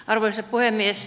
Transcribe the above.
arvoisa puhemies